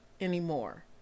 anymore